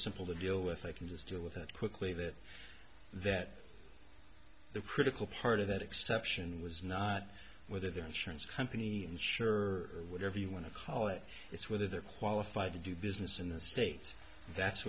simple to deal with i can just deal with it quickly that that the critical part of that exception was not whether their insurance company and sure whatever you want to call it it's whether they're qualified to do business in the state that's